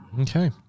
Okay